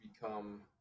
become –